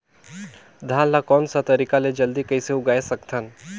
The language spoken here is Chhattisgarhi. धान ला कोन सा तरीका ले जल्दी कइसे उगाय सकथन?